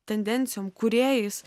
tendencijom kūrėjais